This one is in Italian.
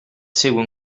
segue